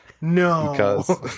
No